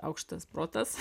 aukštas protas